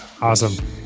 Awesome